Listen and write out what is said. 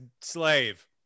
slave